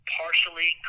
partially